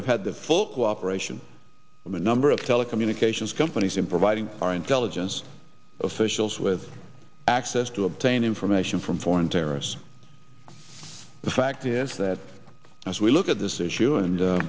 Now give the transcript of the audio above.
have had the full cooperation of a number of telecommunications companies in providing our intelligence officials with access to obtain information from foreign terrorists the fact is that as we look at this issue and